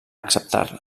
acceptar